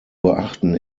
beachten